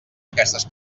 aquestes